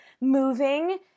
moving